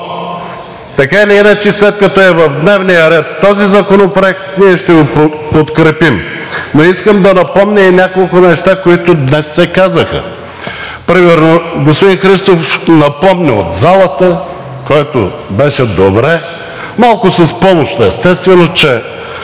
така или иначе, след като е в дневния ред този законопроект, ние ще го подкрепим. Но искам да напомня и няколко неща, които днес се казаха. Примерно господин Христов напомни от залата, което беше добре, малко с помощ естествено, че